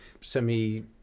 semi